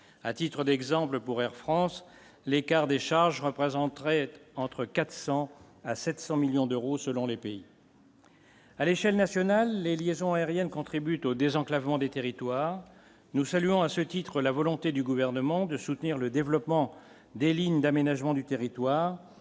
à titre d'exemple, pour Air France, l'écart des charges représenterait entre 400 à 700 millions d'euros, selon les pays. à l'échelle nationale, les liaisons aériennes contribue au désenclavement des territoires, nous saluons à ce titre, la volonté du gouvernement de soutenir le développement des lignes d'aménagement du territoire,